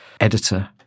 editor